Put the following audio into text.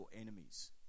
enemies